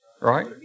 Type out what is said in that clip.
right